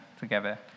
together